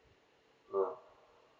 oh